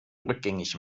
rückgängig